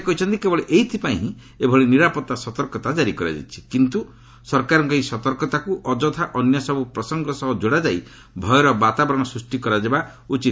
ସେ କହିଛନ୍ତି କେବଳ ଏଇଥିପାଇଁ ଏଭଳି ନିରାପତ୍ତା ସତର୍କତା ଜାରି କରାଯାଇଛି କିନ୍ତୁ ସରକାରଙ୍କ ଏହି ସତର୍କତାକୁ ଅଯଥା ଅନ୍ୟସବୁ ପ୍ରସଙ୍ଗ ସହ ଯୋଡ଼ାଯାଇ ଭୟର ବାତାବରଣ ସୃଷ୍ଟି କରାଯାଉଛି